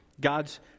God's